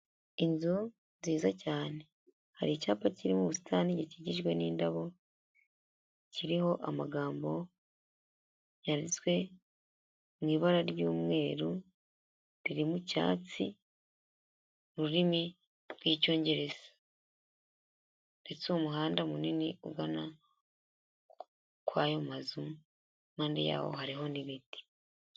Inzu nziza cyane. Hari icyapa kiri mu busitani gikigijwe n'indabo, kiriho amagambo, yanditswe, mu ibara ry'umweru, riri mu cyatsi, mu rurimi rw'icyongereza. Ndetse uwo muhanda munini ugana kwayo mazu impande yawo hariho n'ibiti.